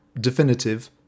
Definitive